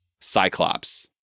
Cyclops